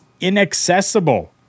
inaccessible